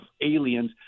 aliens